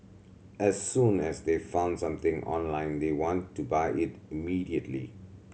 as soon as they found something online they want to buy it immediately